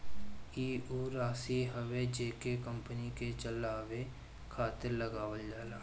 ई ऊ राशी हवे जेके कंपनी के चलावे खातिर लगावल जाला